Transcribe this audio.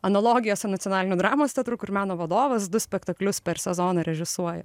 analogija su nacionaliniu dramos teatru kur meno vadovas du spektaklius per sezoną režisuoja